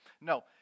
No